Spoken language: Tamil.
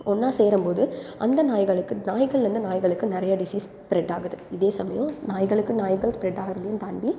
ஒன்னாக சேரும் போது அந்த நாய்களுக்கு நாய்களில் இருந்து நாய்களுக்கு நிறைய டிசீஸ் ஸ்ப்ரெட் ஆகுது இதே சமயம் நாய்களுக்கு நாய்கள் ஸ்ப்ரெட் ஆகிறதையும் தாண்டி